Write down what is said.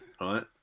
right